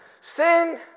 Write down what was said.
sin